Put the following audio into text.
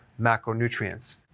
macronutrients